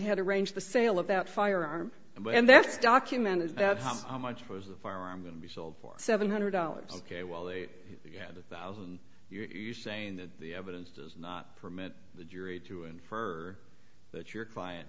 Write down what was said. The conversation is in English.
had arranged the sale of that firearm and that's documented that's how much was the firearm going to be sold for seven hundred dollars ok well they had a thousand you're saying that the evidence does not permit the jury to infer that your client